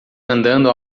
andando